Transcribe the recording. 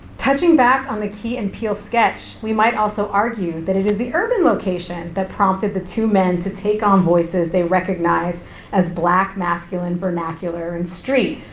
touching back on the key and peele sketch, we might also argue that it is the urban location that prompted the two men to take on voices they recognized as black masculine vernacular and street.